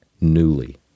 newly